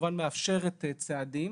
מאפשרת צעדים,